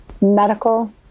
medical